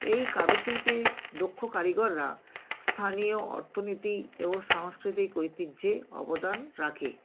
এই কারুশিল্পে দক্ষ কারিগররা স্থানীয় অর্থনীতি এবং সাংস্কৃতিক ঐতিহ্যে অবদান রাখে